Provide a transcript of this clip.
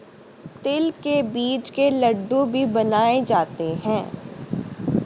तिल के बीज के लड्डू भी बनाए जाते हैं